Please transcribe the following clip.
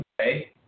okay